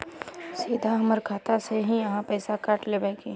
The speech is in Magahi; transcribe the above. सीधा हमर खाता से ही आहाँ पैसा काट लेबे की?